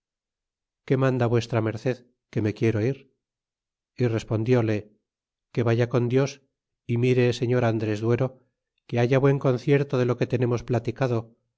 qué manda v m que me quiero ir y respondióle que vaya con dios y mire señor andres duero que haya buen concierto de lo que tenemos platicado